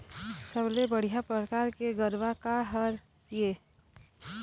सबले बढ़िया परकार के गरवा का हर ये?